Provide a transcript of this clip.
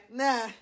nah